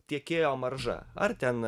tiekėjo marža ar ten